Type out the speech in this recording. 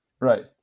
Right